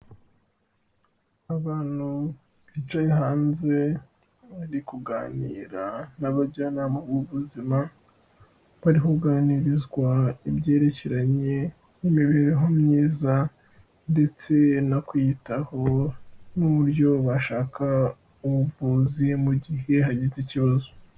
Abantu bicaye hanze bari kuganira n'abajyanama b'ubuzima, bari kuganirizwa ibyerekeranye n'imibereho myiza ndetse no kwiyitaho n'uburyo bashaka ubuvuzi mu gihe hagize ikibazo.